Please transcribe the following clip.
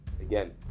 Again